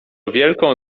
wielką